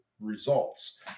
results